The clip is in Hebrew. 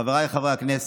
חבריי חברי הכנסת,